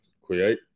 create